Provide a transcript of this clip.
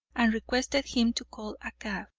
and requested him to call a cab.